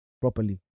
properly